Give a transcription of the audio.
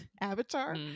Avatar